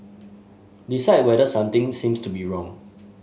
decide whether something seems to be wrong